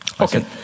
Okay